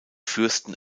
fürsten